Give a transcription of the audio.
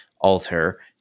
alter